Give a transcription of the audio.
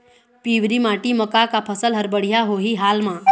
पिवरी माटी म का का फसल हर बढ़िया होही हाल मा?